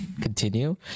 continue